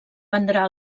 prendrà